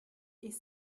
ich